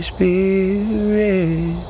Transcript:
Spirit